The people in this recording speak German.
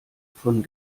von